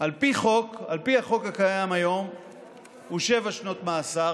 על פי החוק הקיים היום הוא שבע שנות מאסר,